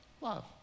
love